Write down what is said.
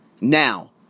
Now